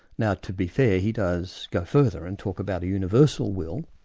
now to be fair he does go further and talk about a universal will,